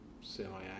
semi